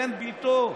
ואין בלתו.